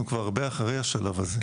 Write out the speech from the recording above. אנחנו כבר אחרי השלב הזה.